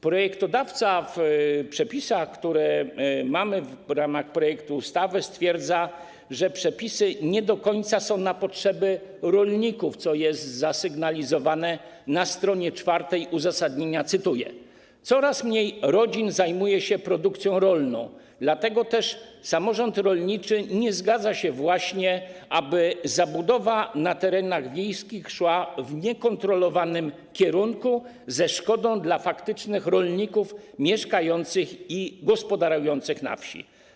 Projektodawca w przepisach, które mamy w ramach projektu ustawy, stwierdza, że przepisy nie do końca są na potrzeby rolników, co jest zasygnalizowane na s. 4 uzasadnienia, cytuję: Coraz mniej rodzin zajmuje się produkcją rolną, dlatego też samorząd rolniczy nie zgadza się właśnie, aby zabudowa na terenach wiejskich szła w niekontrolowanym kierunku, ze szkodą dla faktycznych rolników mieszkających i gospodarujących na wsi.